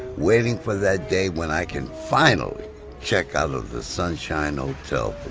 waiting for that day when i can finally check out of the sunshine hotel